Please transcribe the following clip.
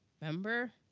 Remember